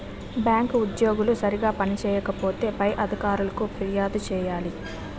bank ఉద్యోగులు సరిగా పని చేయకపోతే పై అధికారులకు ఫిర్యాదు చేయాలి